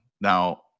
Now